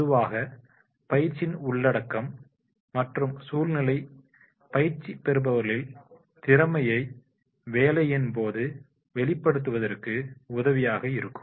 பொதுவாக பயிற்சியின் உள்ளடக்கம் மற்றும் சூழ்நிலை பயிற்சி பெறுபவர்களில் திறமையை வேலையின் போது வெளிப்படுத்துவதற்கு உதவியாக இருக்கும்